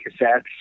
cassettes